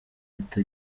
leta